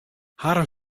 harren